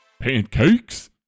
Pancakes